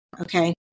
okay